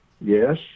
Yes